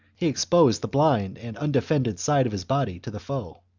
he exposed the blind and undefended side of his body to the foe.